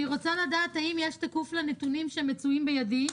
אני רוצה לדעת האם יש תיקוף לנתונים שמצויים בידי,